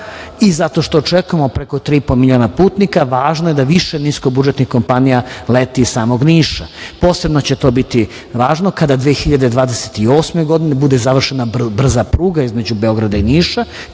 Zato što očekujemo preko tri i po miliona putnika, važno je da više niskobudžetnih kompanija leti iz samog Niša. Posebno će to biti važno kada 2028. godine bude završena brza pruga između Beograda i Niša.